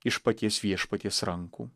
iš paties viešpaties rankų